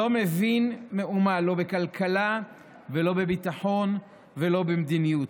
לא מבין מאומה לא בכלכלה ולא בביטחון ולא במדיניות.